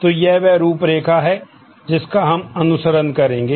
तो यह वह रूपरेखा है जिसका हम अनुसरण करेंगे